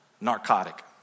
narcotic